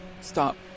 Stop